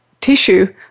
tissue